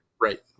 Right